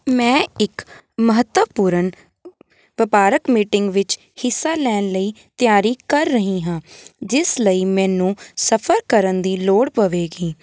ਮੈਂ ਇੱਕ ਮਹੱਤਵਪੂਰਨ ਵਪਾਰਕ ਮੀਟਿੰਗ ਵਿੱਚ ਹਿੱਸਾ ਲੈਣ ਲਈ ਤਿਆਰੀ ਕਰ ਰਹੀ ਹਾਂ ਜਿਸ ਲਈ ਮੈਨੂੰ ਸਫ਼ਰ ਕਰਨ ਦੀ ਲੋੜ ਪਵੇਗੀ